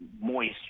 moist